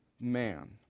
man